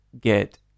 get